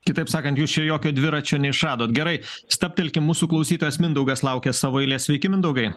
kitaip sakant jūs čia jokio dviračio neišradot gerai stabtelkim mūsų klausytojas mindaugas laukia savo eilės sveiki mindaugai